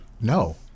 No